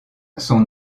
son